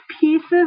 pieces